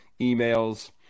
emails